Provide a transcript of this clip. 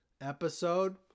episode